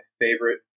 favorite